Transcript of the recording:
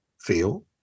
feel